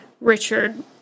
richard